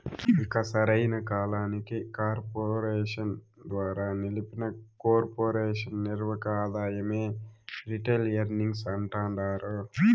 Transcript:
ఇక సరైన కాలానికి కార్పెరేషన్ ద్వారా నిలిపిన కొర్పెరేషన్ నిర్వక ఆదాయమే రిటైల్ ఎర్నింగ్స్ అంటాండారు